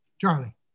Charlie